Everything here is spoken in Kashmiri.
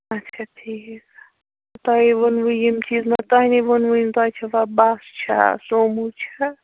اچھا ٹھیٖک تۄہے ووٚنوُ یِم چیٖز نہ تۄہہِ نَے ووٚنوُے نہٕ تۄہہِ چھَوا بس چھا سوموٗ چھےٚ